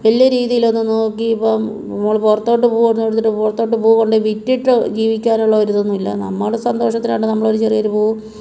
വലിയ രീതിയിലൊന്നും നോക്കി ഇപ്പം നമ്മൾ പുറത്തോട്ട് പൂവൊന്നും എടുത്തിട്ട് പുറത്തോട്ട് പൂ കൊണ്ടേ വിറ്റിട്ട് ജീവിക്കാനുള്ള ഒരിതൊന്നും ഇല്ല നമ്മുടെ സന്തോഷത്തിനായിട്ട് നമ്മളൊരു ചെറിയൊരു പൂ